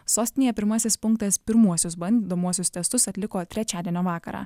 sostinėje pirmasis punktas pirmuosius bandomuosius testus atliko trečiadienio vakarą